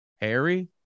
Harry